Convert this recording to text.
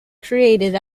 created